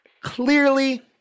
Clearly